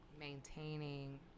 maintaining